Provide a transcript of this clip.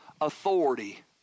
authority